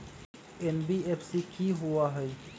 NBFC कि होअ हई?